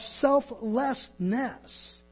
selflessness